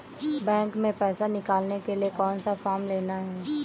Bank में पैसा निकालने के लिए कौन सा फॉर्म लेना है?